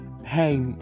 Hey